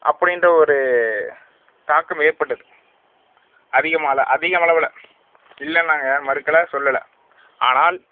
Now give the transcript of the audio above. அப்ப்டின்ற ஒரு தாக்கம் ஏற்பட்டது அதிகமால அதிகம் அளவில் இல்லைன்னு நாங்கள் யாரும் மறுக்கலை சொல்லலை ஆனால்